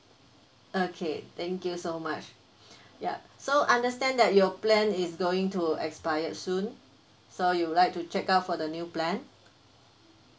okay thank you so much yup so understand that your plan is going to expired soon so you would like to check out for the new plan